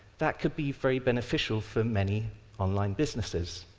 that could be very beneficial for many online businesses.